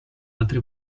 altri